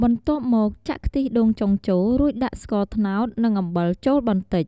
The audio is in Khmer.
បន្ទាប់មកចាក់ ខ្ទិះដូងចុងចូល រួចដាក់ស្ករត្នោត និងអំបិលចូលបន្តិច។